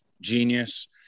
genius